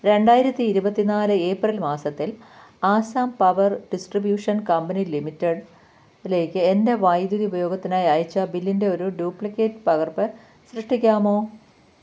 രണ്ടായിരത്തി ഇരുപത്തിനാല് ഏപ്രിൽ മാസത്തിൽ അസം പവർ ഡിസ്ട്രിബ്യൂഷൻ കമ്പനി ലിമിറ്റഡിലേക്ക് എൻ്റെ വൈദ്യുതി ഉപയോഗത്തിനായി അയച്ച ബില്ലിൻ്റെ ഒരു ഡ്യൂപ്ലിക്കേറ്റ് പകർപ്പ് സൃഷ്ടിക്കാമോ